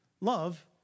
Love